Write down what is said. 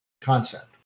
concept